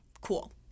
cool